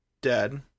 dead